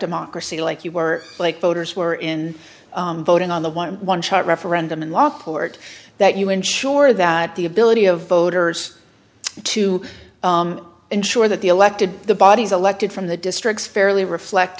democracy like you were like voters were in voting on the eleven shot referendum in law court that you ensure that the ability of voters to ensure that the elected the bodies elected from the districts fairly reflect